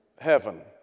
heaven